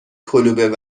کلوب